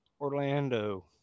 Orlando